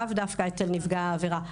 לאו דווקא אצל נפגע העבירה.